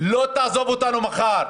לא תעזוב אותנו מחר.